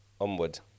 Onward